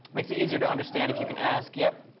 makes it easier to understand if you can ask. yep,